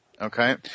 Okay